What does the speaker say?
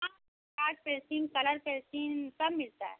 हाँ pencil colour pencil सब मिलती है